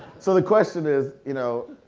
so the question is you know